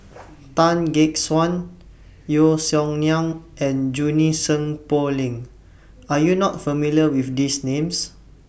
Tan Gek Suan Yeo Song Nian and Junie Sng Poh Leng Are YOU not familiar with These Names